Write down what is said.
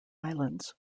islands